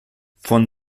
von